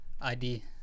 ID